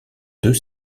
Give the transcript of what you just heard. deux